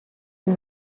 and